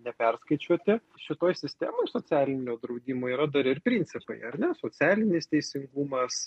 neperskaičiuoti šitoj sistemoj socialinio draudimo yra dar ir principai ar ne socialinis teisingumas